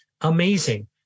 Amazing